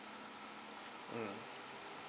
mm